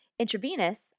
intravenous